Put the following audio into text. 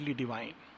divine